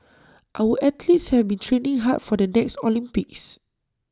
our athletes have been training hard for the next Olympics